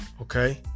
Okay